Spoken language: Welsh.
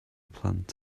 plant